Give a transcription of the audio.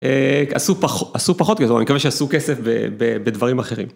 עשו פחות כסף, אני מקווה שעשו כסף בדברים אחרים.